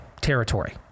territory